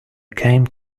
came